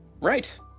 right